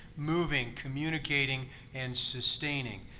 moving, communicating and sustaining.